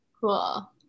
Cool